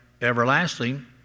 everlasting